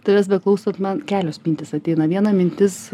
tavęs beklausant man kelios mintys ateina viena mintis